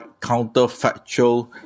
counterfactual